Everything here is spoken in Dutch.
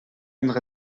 onder